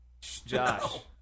Josh